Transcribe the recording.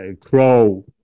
crow